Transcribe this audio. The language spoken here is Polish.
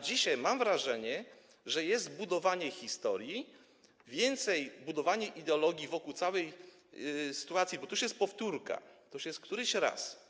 Dzisiaj mam wrażenie, że jest to budowanie historii, więcej, budowanie ideologii wokół całej sytuacji, bo to już jest powtórka, to już jest któryś raz.